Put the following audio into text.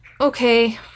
okay